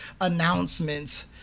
announcements